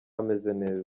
ameze